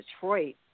Detroit